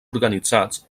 organitzats